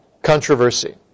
Controversy